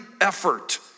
effort